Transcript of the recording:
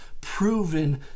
proven